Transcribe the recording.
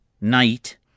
night